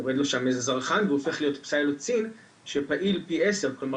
יורד לו שם איזה שהוא זרחן והוא צריך להיות פסילוצין שפעיל פי 10. כלומר